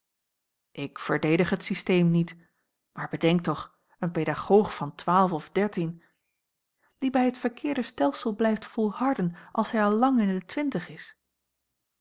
ik verdedig het systeem niet maar bedenk toch een paedagoog van twaalf of dertien die bij het verkeerde stelsel blijft volharden als hij al lang in de twintig is